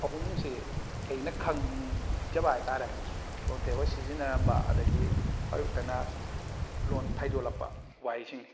ꯑꯍꯨꯝꯁꯤ ꯑꯩꯅ ꯈꯪꯖꯕ ꯍꯥꯏꯇꯔꯦ ꯍꯣꯏ ꯁꯤꯖꯤꯟꯅꯔꯝꯕ ꯑꯗꯒꯤ ꯍꯧꯖꯤꯛꯇꯅ ꯂꯣꯟ ꯊꯩꯗꯣꯛꯂꯛꯄ ꯋꯥꯍꯩꯁꯤꯡꯅꯤ